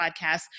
podcast